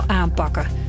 aanpakken